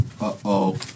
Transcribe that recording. Uh-oh